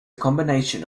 combination